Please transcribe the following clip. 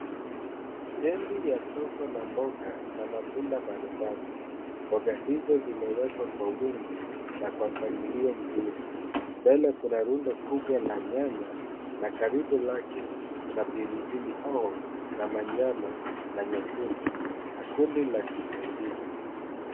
Stendi ya soko la mboga na matunda mbali mbali mboga hizo zimewekwa kwa wingi na kwa mpangilio mzuri. Mbele kuna rundo kubwa la nyanya na karibu lake kuna pili pili hoho za manjano na nyekundu na kundi la kitunguu.